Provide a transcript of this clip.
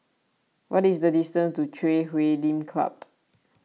what is the distance to Chui Huay Lim Club